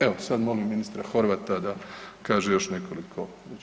Evo sad molim ministra Horvata da kaže još nekoliko.